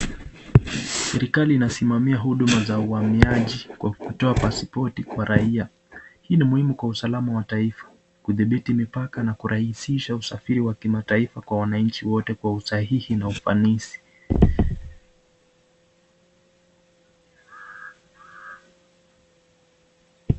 Serekali inasimamia huduma za uamiaji kwa kutoa pasipoti kwa raiya hii ni muhimu kwa usalama wa taifa kuthibiti mipika na kurahisisha usafiri wa kimataifa kwa wananchi wote kwa usahihi na ufanisi.